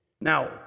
Now